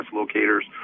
locators